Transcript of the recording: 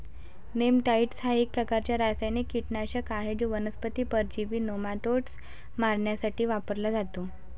नेमॅटाइड हा एक प्रकारचा रासायनिक कीटकनाशक आहे जो वनस्पती परजीवी नेमाटोड्स मारण्यासाठी वापरला जातो